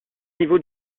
niveau